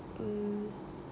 mm